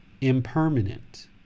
impermanent